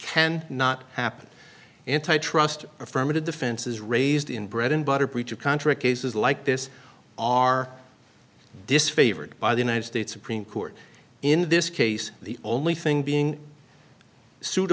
happen antitrust affirmative defenses raised in bread and butter breach of contract cases like this are disfavored by the united states supreme court in this case the only thing being sued